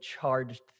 charged